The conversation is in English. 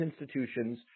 institutions